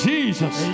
Jesus